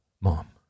Mom